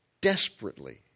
desperately